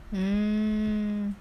mm